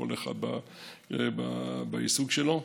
כל אחד בעיסוק שלו,